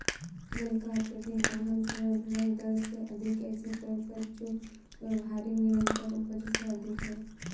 जल का अत्यधिक दोहन पुनर्भरण दर से अधिक ऐसी दर पर जो व्यावहारिक निरंतर उपज से अधिक है